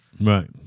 Right